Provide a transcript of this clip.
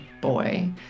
boy